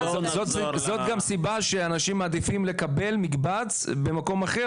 זאת גם סיבה שאנשים מעדיפים לקבל מקבץ במקום אחר,